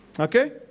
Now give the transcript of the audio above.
Okay